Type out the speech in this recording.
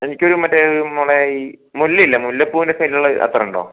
എനിക്കൊരു മറ്റേ നമ്മളുടെ മുല്ല ഇല്ലേ മുല്ലപ്പൂൻ്റെ സ്മെല്ലുള്ള അത്തറുണ്ടൊ